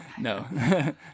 No